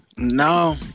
No